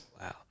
Wow